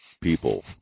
people